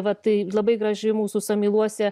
vat labai graži mūsų samyluose